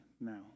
now